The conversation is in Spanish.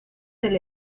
del